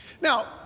Now